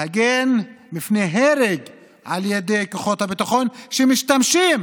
להגן מפני הרג על ידי כוחות הביטחון שמשתמשים